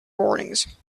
warnings